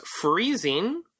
freezing